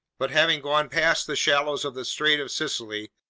but having gone past the shallows of the strait of sicily,